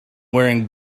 wearing